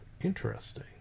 Interesting